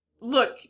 Look